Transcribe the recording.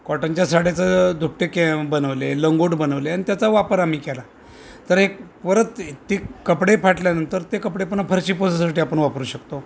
कॉटनच्या साड्याचं दुपटे बनवले लंगोट बनवले आणि त्याचा वापर आम्ही केला तर एक परत ते कपडे फाटल्यानंतर ते कपडे पुन्हा फर्शी पुसायसाठी आपण वापरू शकतो